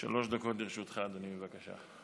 שלוש דקות לרשותך, אדוני, בבקשה.